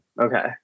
Okay